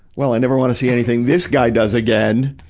well, i never want to see anything this guy does again.